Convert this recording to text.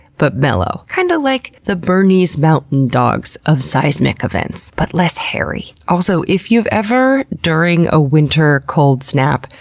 but mellow. kinda kind of like the bernese mountain dogs of seismic events, but less hairy. also, if you've ever, during a winter cold snap,